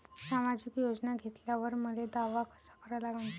सामाजिक योजना घेतल्यावर मले दावा कसा करा लागन?